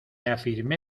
afirmé